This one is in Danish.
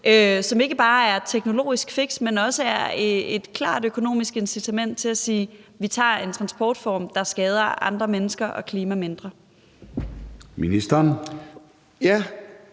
som ikke bare er et teknologisk fix, men også er et klart økonomisk incitament til at sige: Vi tager en transportform, der skader andre mennesker og klimaet mindre?